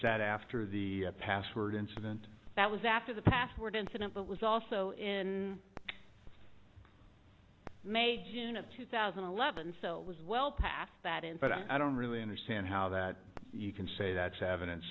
that after the password incident that was after the password incident but was also in may june of two thousand and eleven so it was well past that in but i don't really understand how that you can say that's evidence